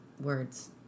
words